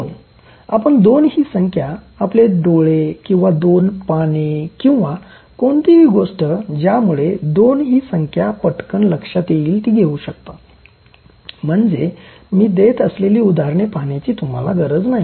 दोन आपण दोन ही संख्या आपले डोळे किंवा दोन पाने किंवा कोणतीही गोष्ट ज्यामुळे दोन ही संख्या पटकन लक्षात येईल ती घेवू शकता म्हणजे मी देत असलेली उदाहरणे पाहण्याची तुम्हाला गरज नाही